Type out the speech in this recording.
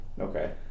Okay